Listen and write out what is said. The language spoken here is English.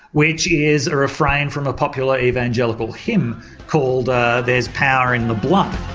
which is a refrain from a popular evangelical hymn called ah there's power in the blood.